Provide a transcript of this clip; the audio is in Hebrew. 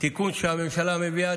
תיקון שהממשלה מביאה.